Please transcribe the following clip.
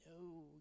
no